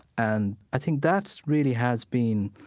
and i think that's really has been,